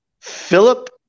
Philip